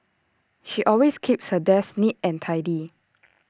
she always keeps her desk neat and tidy